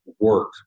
Work